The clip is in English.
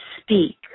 speak